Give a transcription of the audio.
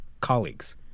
colleagues